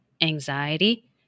anxiety